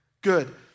good